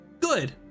good